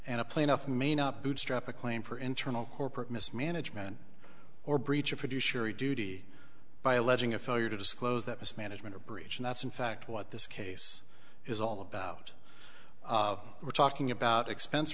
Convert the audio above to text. and a plaintiff may not be a claim for internal corporate mismanagement or breach of produce yury duty by alleging a failure to disclose that mismanagement or breach and that's in fact what this case is all about we're talking about expense